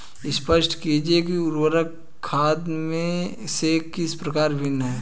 स्पष्ट कीजिए कि उर्वरक खाद से किस प्रकार भिन्न है?